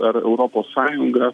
ar europos sąjunga